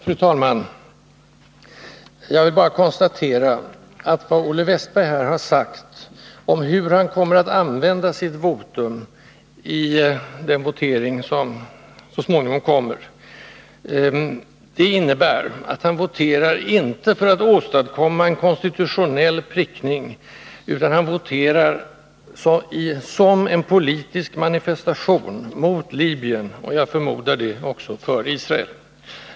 Fru talman! Jag vill bara konstatera att vad Olle Wästberg i Stockholm här har sagt om hur han kommer att använda sitt votum i den votering, som så småningom skall företas, innebär att han inte voterar för att åstadkomma en konstitutionell prickning, utan att han voterar som en politisk manifestation mot Libyen och, som jag förmodar, för Israel.